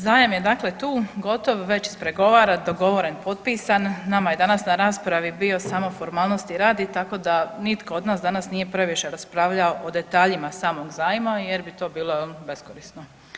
Zajam je dakle tu, gotov već ispregovaran, dogovoren, potpisan, nama je danas na raspravi bio samo formalnosti radi, tako da nitko od nas danas nije previše raspravljao o detaljima samog zajma jer bi to bilo beskorisno.